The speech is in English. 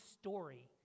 story